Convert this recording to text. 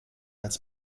als